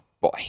boy